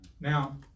Now